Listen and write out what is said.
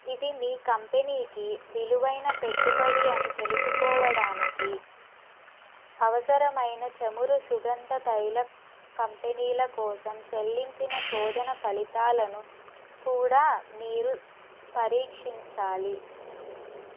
ఇది మీ కంపెనీకి విలువైన పెట్టుబడి అని తెలుసుకోవడానికి అవసరమైన చమురు సుగంధతైల కంపెనీల కోసం చెల్లించిన శోధన ఫలితాలను కూడా మీరు పరీక్షించాలి